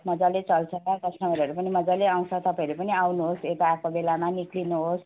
मजाले चल्छ कस्टमरहरू पनि मजाले आउँछ तपाईँहरू पनि आउनुहोस् यता आएको बेलामा निक्लिनुहोस्